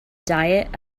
diet